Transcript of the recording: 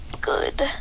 good